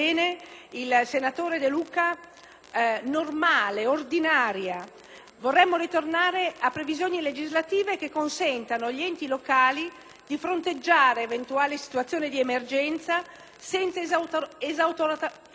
il senatore De Luca; vorremmo tornare a previsioni legislative che consentano agli enti locali di fronteggiare eventuali situazioni di emergenza senza essere